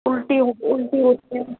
उल्टी होती है उल्टी होती है